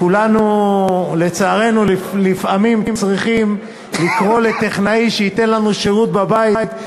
כולנו לצערנו לפעמים צריכים לקרוא לטכנאי שייתן לנו שירות בבית,